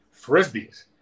frisbees